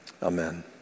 Amen